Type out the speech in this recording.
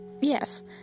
yes